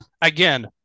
again